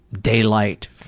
daylight